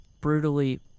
brutally